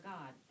God